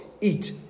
eat